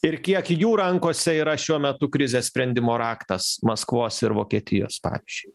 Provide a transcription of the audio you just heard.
ir kiek jų rankose yra šiuo metu krizės sprendimo raktas maskvos ir vokietijos pavyzdžiui